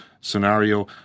scenario